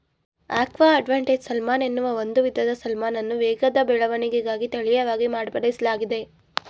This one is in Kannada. ಆಕ್ವಾ ಅಡ್ವಾಂಟೇಜ್ ಸಾಲ್ಮನ್ ಎನ್ನುವ ಒಂದು ವಿಧದ ಸಾಲ್ಮನನ್ನು ವೇಗದ ಬೆಳವಣಿಗೆಗಾಗಿ ತಳೀಯವಾಗಿ ಮಾರ್ಪಡಿಸ್ಲಾಗಿದೆ